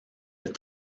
that